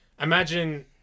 imagine